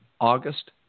August